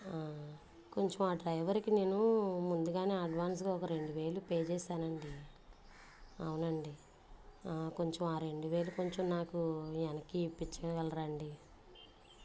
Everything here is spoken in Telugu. కొంచెం ఆ డ్రైవర్కి నేను ముందుగానే అడ్వాన్స్గా ఒక రెండు వేలు పే చేశానండి అవునండి కొంచెం ఆ రెండు వేలు కొంచెం నాకు వెనక్కి ఇప్పించగలరా అండి